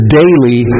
daily